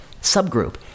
subgroup